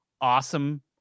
awesome